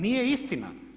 Nije istina!